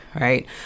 right